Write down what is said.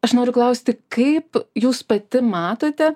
aš noriu klausti kaip jūs pati matote